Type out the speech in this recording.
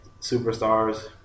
superstars